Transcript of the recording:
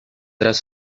tras